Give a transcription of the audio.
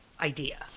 idea